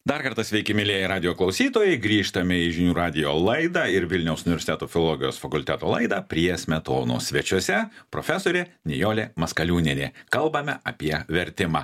dar kartą sveiki mielieji radijo klausytojai grįžtame į žinių radijo laidą ir vilniaus universiteto filologijos fakulteto laidą prie smetonos svečiuose profesorė nijolė maskaliūnienė kalbame apie vertimą